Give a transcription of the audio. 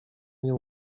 nie